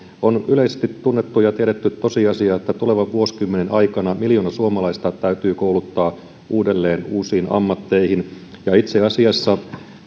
on yleisesti tunnettu ja tiedetty tosiasia että tulevan vuosikymmenen aikana miljoona suomalaista täytyy kouluttaa uudelleen uusiin ammatteihin ja itse asiassa